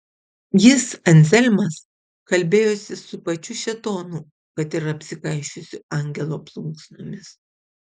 jis anzelmas kalbėjosi su pačiu šėtonu kad ir apsikaišiusiu angelo plunksnomis